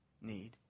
need